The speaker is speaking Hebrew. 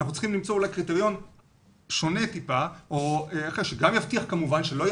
אנחנו צריכים אולי למצוא קריטריון מעט שונה שגם כמובן יבטיח שלא יהיה